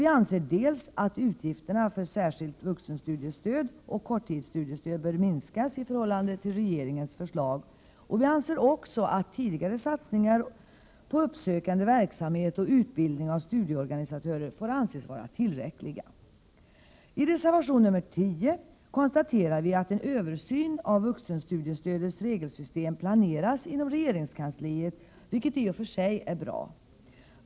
Vi anser dels att utgifterna för särskilt vuxenstudiestöd och korttidsstudiestöd bör minskas i förhållande till regeringens förslag, dels att tidigare satsningar på uppsökande verksamhet och utbildning av studieorganisatörer får anses vara tillräckliga. I reservation 10 konstaterar vi att en översyn av vuxenstudiestödets regelsystem planeras inom regeringskansliet, vilket i och för sig är bra.